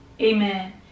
amen